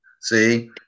See